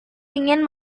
ingin